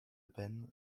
peine